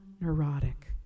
neurotic